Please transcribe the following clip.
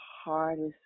hardest